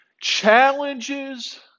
challenges